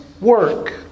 work